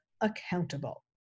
accountable